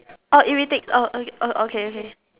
oh irritates oh okay okay